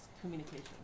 communication